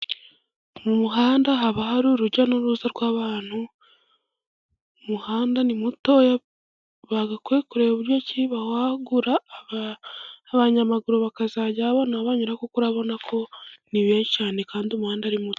Mu muhanda haba hari urujya n'uruza rw'abantu. Umuhanda ni mutoya bagakwiye kureba uburyo ki bawagura, abanyamaguru bakazajya babone aho banyura, kuko urabona ko ni benshi cyane kandi umuhanda ari muto.